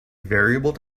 variable